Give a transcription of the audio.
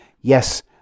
yes